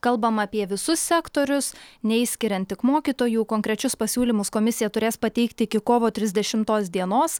kalbama apie visus sektorius neišskiriant tik mokytojų konkrečius pasiūlymus komisija turės pateikti iki kovo trisdešimtos dienos